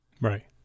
right